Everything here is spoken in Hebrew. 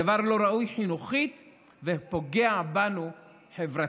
הדבר לא ראוי חינוכית ופוגע בנו חברתית.